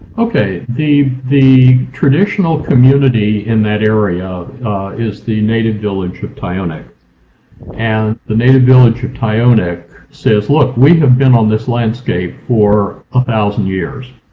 okay. the the traditional community in that area is the native village of tayonek and the native village of tayonek says look, we have been on this landscape for a thousand years.